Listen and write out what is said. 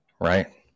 right